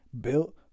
Built